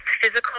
physical